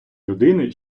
людини